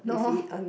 no